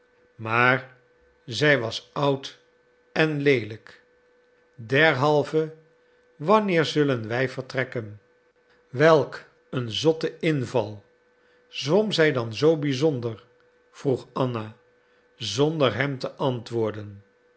maar zij was oud en leelijk derhalve wanneer zullen wj vertrekken welk een zotte inval zwom zij dan zoo bizonder vroeg anna zonder hem te antwoorden